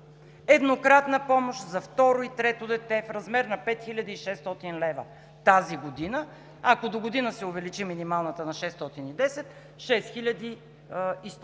– еднократна помощ за второ и трето дете в размер на 5600 лв. тази година; ако догодина се увеличи минималната на 610